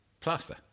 Plaster